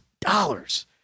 dollars